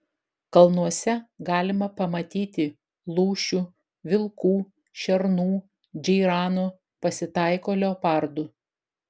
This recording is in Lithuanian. kalnuose galima pamatyti lūšių vilkų šernų džeiranų pasitaiko leopardų